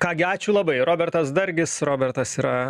ką gi ačiū labai robertas dargis robertas yra